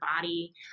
body